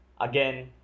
Again